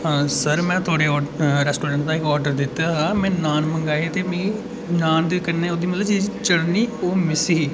sir में थुआढ़े restaurant दा इक आर्डर दित्ता हा में नान मंगाए ते मिं नान दे कन्नै ओह्दी चटनी ओह् मिस ही